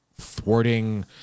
thwarting